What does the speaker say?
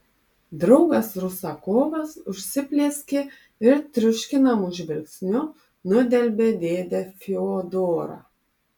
draugas rusakovas užsiplieskė ir triuškinamu žvilgsniu nudelbė dėdę fiodorą